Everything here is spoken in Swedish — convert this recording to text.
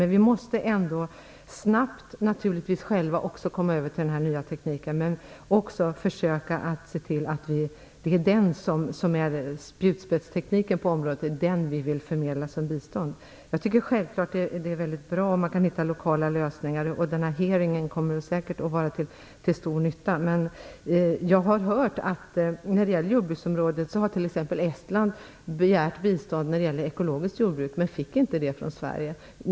Men vi måste naturligtvis också själva ändå snabbt komma över till den nya tekniken, och också försöka se till att det blir den som är spjutspetstekniken på området och att det är den vi förmedlar som bistånd. Jag tycker självfallet att det är väldigt bra om man kan hitta lokala lösningar. Hearingen kommer säkert att vara till stor nytta. Jag har hört att t.ex. Estland har begärt bistånd för ekologiskt jordbruk, men att man inte fick det från Sverige.